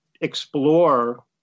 explore